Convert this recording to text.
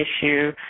issue